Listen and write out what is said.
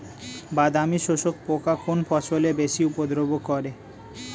বাদামি শোষক পোকা কোন ফসলে বেশি উপদ্রব করে?